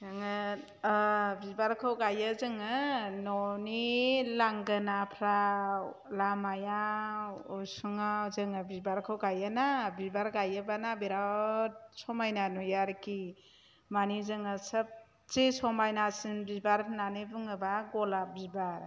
आङो बिबारखौ गायो जोङो न'नि लांगोनाफ्राव लामायाव उसुङाव जोङो बिबारखौ गायोना बिबार गायोब्लाना बिराद समायना नुयो आरोखि मानि जोंहा सबसे समायनासिन बिबार होननानै बुङोबा गलाफ बिबार